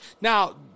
now